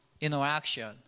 interaction